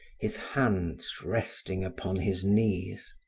his hands resting upon his knees.